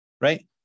Right